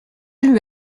lui